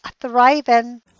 thriving